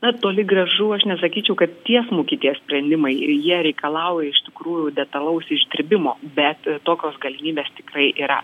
na toli gražu aš nesakyčiau kad tiesmuki tie sprendimai ir jie reikalauja iš tikrųjų detalaus išdirbimo bet tokios galimybės tikrai yra